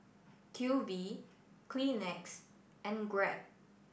Q V Kleenex and Grab